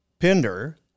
Pinder